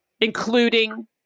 including